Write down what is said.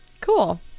cool